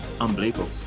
Unbelievable